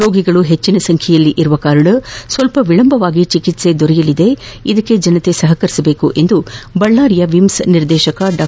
ರೋಗಿಗಳು ಹೆಚ್ಚಿನ ಸಂಖ್ಯೆಯಲ್ಲಿ ಬರುವುದರಿಂದ ಸ್ಸಲ್ಪ ವಿಳಂಬವಾಗಿ ಚೆಕಿತ್ಪೆ ದೊರೆಯಲಿದೆ ಇದಕ್ಕೆ ಜನರು ಸಹಕರಿಸಬೇಕು ಎಂದು ಬಳ್ಳಾರಿ ವಿಮ್ಸ್ ನಿರ್ದೇಶಕ ಡಾ